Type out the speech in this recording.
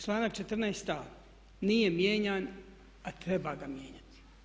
Članak 14.a nije mijenjan a treba ga mijenjati.